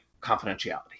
confidentiality